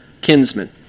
kinsman